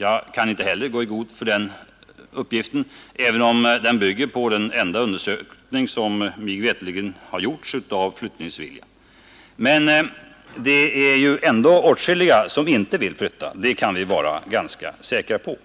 Jag kan inte heller gå i god för den uppgiften, även om den bygger på den enda undersökning av flyttningsviljan som mig veterligt har gjorts. Men det är ju ändå åtskilliga som inte vill flytta — det kan vi vara ganska säkra på.